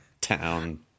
town